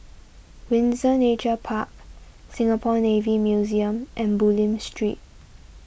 Windsor Nature Park Singapore Navy Museum and Bulim Street